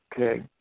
okay